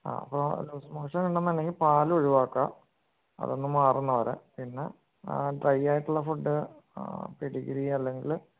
ആ അപ്പം loose motion ഉണ്ട് എന്നുണ്ടെങ്കിൽ പാൽ ഒഴിവാക്കുക അതൊന്ന് മാറുന്നത് വരെ പിന്നെ ഡ്രൈ ആയിട്ടുള്ള ഫുഡ് പെഡിഗ്രി അല്ലെങ്കിൽ